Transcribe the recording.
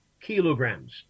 kilograms